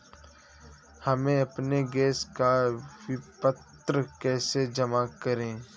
हम अपने गैस का विपत्र कैसे जमा करें?